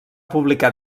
publicar